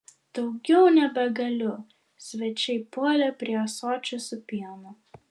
daugiau nebegaliu svečiai puolė prie ąsočio su pienu